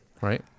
right